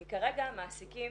כי כרגע המעסיקים